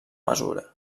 mesura